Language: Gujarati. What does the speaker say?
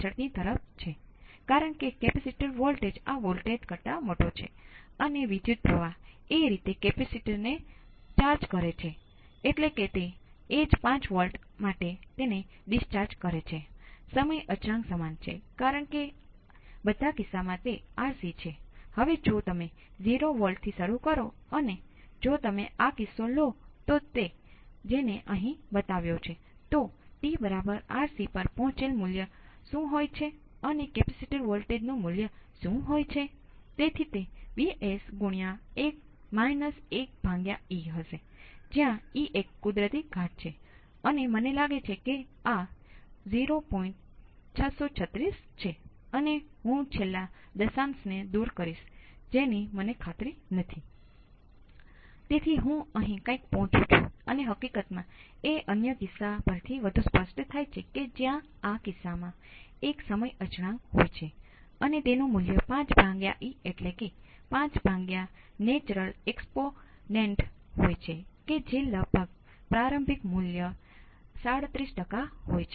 તેથી જ્યારે કેપેસિટરમાં વોલ્ટેજ કોંસ્ટંટ હોય વિદ્યુત પ્રવાહ પસાર થાય છે તે 0 છે તેથી જ આપણે ઓપન સર્કિટ કરી રહ્યા છીએ આ અન્ય કોઈપણ પ્રકારનાં ઇનપુટ માટે માન્ય નથી જે તમે ઇનપુટ કર્યું હતું જે ઉપર અને નીચે જઈ રહ્યું હતું તમે અપેક્ષા રાખશો કે કેપેસિટર વોલ્ટેજ પણ સતત બદલાશે તેવી સ્થિતિમાં સ્પષ્ટપણે તમે ત્યાં કોઈપણ સર્કિટ ને ઓપન સર્કિટ કરી શકતા નથી તેમાં વિદ્યુત પ્રવાહ હશે